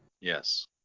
yes